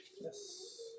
Yes